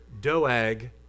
Doag